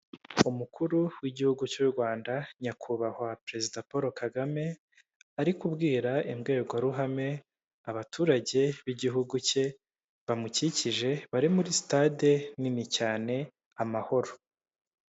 Umukuru w'igihugu cy'u Rwanda nyakubahwa perezida Paul Kagame ari kubwira imbwirwaruhame abaturage b'igihugu cye bamukikije bari muri sitade nini cyane Amahoro.